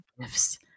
gifts